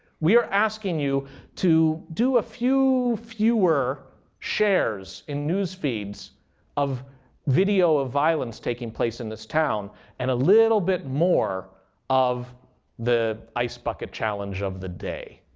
we are asking you to do a few fewer shares in news feeds of video of violence taking place in this town and a little bit more of the ice bucket challenge of the day.